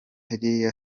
iriya